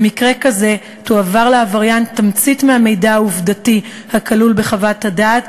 במקרה כזה תועבר לעבריין תמצית מהמידע העובדתי הכלול בחוות הדעת,